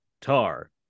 Tar